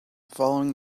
following